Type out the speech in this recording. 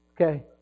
Okay